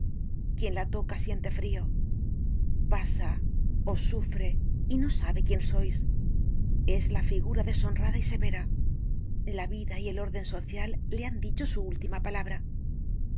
quien la toca siente frio pasa os sufre y no sabe quién sois es la figura deshonrada y severa la vida y el órden social le han dicho su última palabra